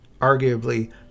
arguably